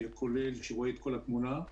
כולל ורואה את כל התמונה,